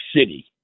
City